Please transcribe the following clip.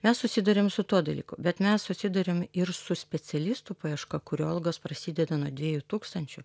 mes susiduriam su tuo dalyku bet mes susiduriam ir su specialistų paieška kurių algos prasideda nuo dviejų tūkstančių